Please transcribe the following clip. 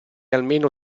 almeno